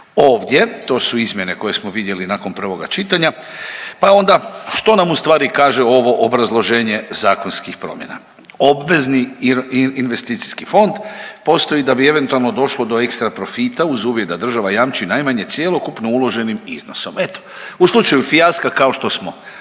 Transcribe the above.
ovdje, to su izmjene koje smo vidjeli nakon prvog čitanja, pa onda, što nam ustvari kaže ovo obrazloženje zakonskih promjena. Obvezni investicijski fond postoji da bi eventualno došlo do ekstraprofita uz uvjet da država jamči najmanje cjelokupno uloženim iznosom. Eto, u slučaju fijaska kao što smo